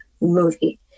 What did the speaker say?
movie